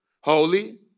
holy